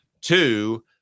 Two